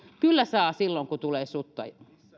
kyllä saa silloin kun tulee sutta